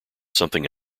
something